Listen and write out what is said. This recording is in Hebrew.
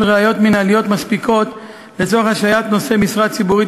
ראיות מינהליות מספיקות לצורך השעיית נושא משרה ציבורית